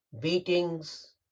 beatings